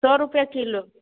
सए रुपए किलो